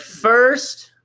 first –